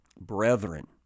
Brethren